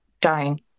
dying